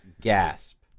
Gasp